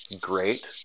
great